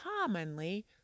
commonly